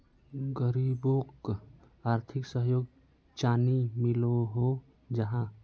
गरीबोक आर्थिक सहयोग चानी मिलोहो जाहा?